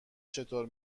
چطور